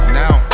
now